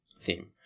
theme